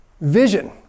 Vision